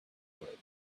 would